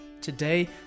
Today